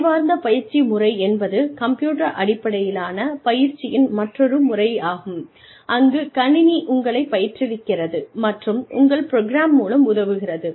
அறிவார்ந்த பயிற்சி முறை என்பது கம்ப்யூட்டர் அடிப்படையிலான பயிற்சியின் மற்றொரு முறையாகும் அங்குக் கணினி உங்களைப் பயிற்றுவிக்கிறது மற்றும் உங்கள் ப்ரோக்ராம் மூலம் உதவுகிறது